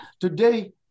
Today